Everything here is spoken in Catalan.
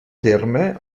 terme